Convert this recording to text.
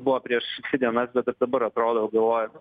buvo prieš dvi dienas bet ir dabar atrodo galvoju nu